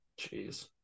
Jeez